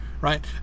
right